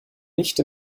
nicht